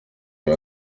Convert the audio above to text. uyu